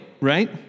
right